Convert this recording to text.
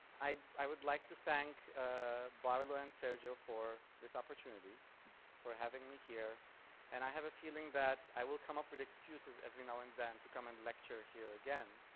i i would like to thank ah barlow and sergio for this opportunity for having me here and i have a feeling that i will come up with excuses every now and then to come and lecture here again,